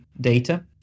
data